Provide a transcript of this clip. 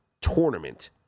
tournament